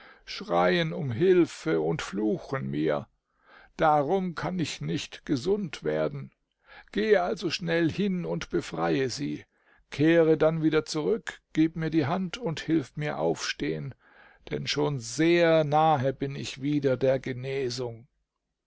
schreien um hilfe und fluchen mir darum kann ich nicht gesund werden gehe also schnell hin und befreie sie kehre dann wieder zurück gib mir die hand und hilf mir aufstehen denn schon sehr nahe bin ich wieder der genesung